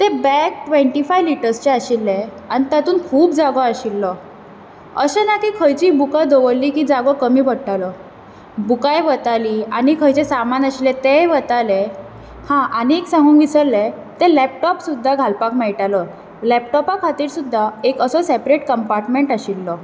तें bag twenty five लिटर्सचें आशिल्लें आनी तातूंत खूब जागो आशिल्लो अशें ना की खंयचींय बुका दवरलीं की जागो कमी पडटालो बुकांय वतालीं आनी खंयचेय सामान आसल्यार तेंय वतालें हां आनीक एक सांगूंक विसरलें लेपटॉप सुद्दा घालपाक मेळटालो लेपट़पा खातीर सुद्दा एक असो सेपरेट कंपार्टमेंट आशिल्लो